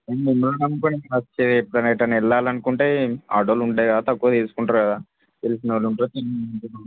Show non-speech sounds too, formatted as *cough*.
*unintelligible* ఎటైనా వెళ్ళాలనుకుంటే ఆటోలు ఉంటాయి కదా తక్కువ తీసుకుంటారు కదా తెలిసినోళ్ళు ఉంటే *unintelligible*